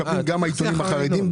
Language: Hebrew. מקבלים גם העיתונים החרדים,